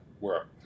work